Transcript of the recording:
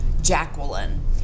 Jacqueline